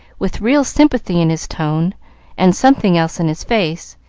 with real sympathy in his tone and something else in his face,